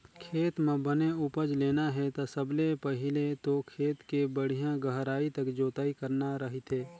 खेत म बने उपज लेना हे ता सबले पहिले तो खेत के बड़िहा गहराई तक जोतई करना रहिथे